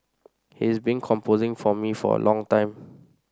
he's been composing for me for a long time